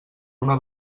una